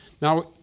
Now